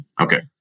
Okay